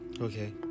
Okay